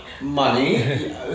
money